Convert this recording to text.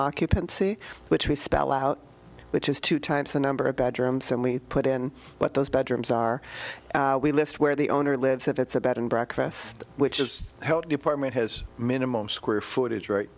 occupancy which we spell out which is two times the number of bedrooms and we put in what those bedrooms are we list where the owner lives if it's a bed and breakfast which is health department has minimum square footage r